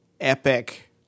epic